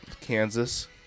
Kansas